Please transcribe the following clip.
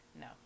No